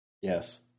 Yes